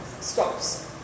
stops